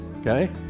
Okay